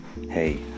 hey